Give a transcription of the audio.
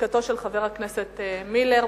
לשכתו של חבר הכנסת מילר.